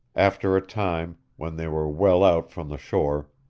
after a time, when they were well out from the shore,